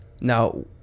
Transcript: now